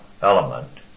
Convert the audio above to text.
element